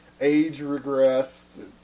age-regressed